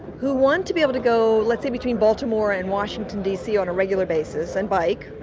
who want to be able to go, let's say between baltimore and washington, dc, on a regular basis and bike,